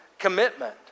Commitment